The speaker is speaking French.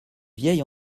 vieille